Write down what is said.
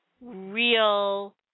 real